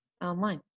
online